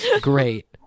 great